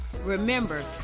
Remember